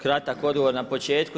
Kratak odgovor na početku.